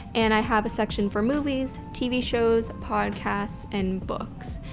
and i have a section for movies, tv shows, podcasts, and books.